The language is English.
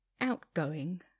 outgoing